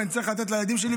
ואני צריך לתת לילדים שלי,